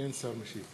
אני יכול להשיב?